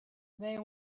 they